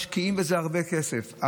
משקיעים בזה הרבה כסף.